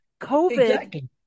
COVID